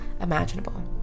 imaginable